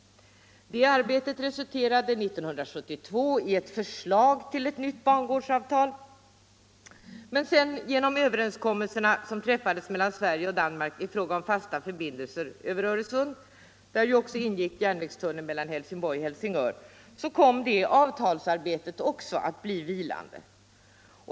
Det arbetet resulterade 1972 i ett förslag till nytt bangårdsavtal. Men genom de regeringsöverenskommelser som träffades mellan Sverige och Danmark i fråga om fasta förbindelser över Öresund — däri ju också ingick järnvägstunnel mellan Helsingborg och Helsingör — kom det avtalsarbetet också att bli vilande.